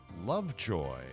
Lovejoy